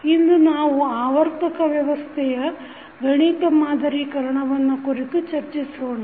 ಇಂದು ನಾವು ಆವರ್ತಕ ವ್ಯವಸ್ಥೆಯ ಗಣಿತ ಮಾದರೀಕರಣವನ್ನು ಕುರಿತು ಚರ್ಚಿಸೋಣ